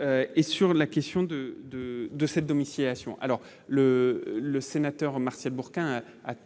et sur la question de de de cette domiciliation alors le le sénateur Martial Bourquin a totalement